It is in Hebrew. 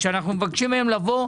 שאנחנו מבקשים מהם לבוא,